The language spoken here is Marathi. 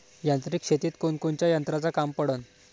यांत्रिक शेतीत कोनकोनच्या यंत्राचं काम पडन?